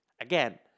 Again